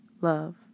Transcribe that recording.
love